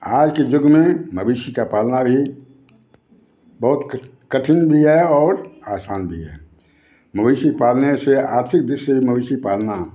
आज के जुग में मवेशी का पालना भी बहुत क कठिन भी है और आसान भी है मवेशी पालने से आर्थिक दृश्य से भी मवेशी पालना